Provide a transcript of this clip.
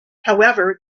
however